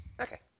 Okay